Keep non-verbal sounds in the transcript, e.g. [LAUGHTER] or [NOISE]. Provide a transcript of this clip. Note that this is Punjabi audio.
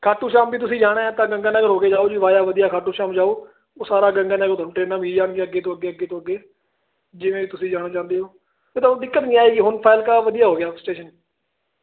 ਖਾਟੂ ਸ਼ਾਮ ਵੀ ਤੁਸੀਂ ਜਾਣਾ ਤਾਂ ਗੰਗਾ ਨਗਰ ਹੋ ਕੇ ਜਾਓ ਜੀ ਵਾਇਆ ਵਧੀਆ ਖਾਟੂ ਸ਼ਾਮ ਨੂੰ ਜਾਓ ਉਹ ਸਾਰਾ ਗੰਗਾ ਨਗਰ [UNINTELLIGIBLE] ਅੱਗੇ ਤੋਂ ਅੱਗੇ ਅੱਗੇ ਤੋਂ ਅੱਗੇ ਜਿਵੇਂ ਤੁਸੀਂ ਜਾਣਾ ਚਾਹੁੰਦੇ ਹੋ ਇਹ ਤੁਹਾਨੂੰ ਦਿੱਕਤ ਨਹੀਂ ਆਏ ਹੁਣ ਫਾਜਿਲਕਾ ਵਧੀਆ ਹੋ ਗਿਆ ਸਟੇਸ਼ਨ